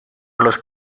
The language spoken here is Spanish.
los